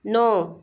नौ